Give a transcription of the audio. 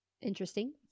interesting